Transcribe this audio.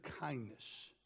kindness